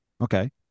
Okay